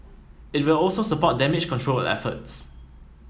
it will also support damage control efforts